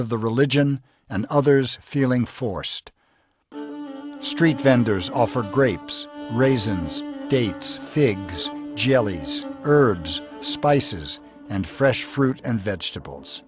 of the religion and others feeling forced street vendors offer grapes raisins dates figs jellies herbs spices and fresh fruit and vegetables